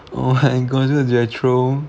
oh my gosh that jethro